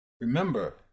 Remember